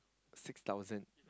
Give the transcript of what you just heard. six thousand